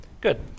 Good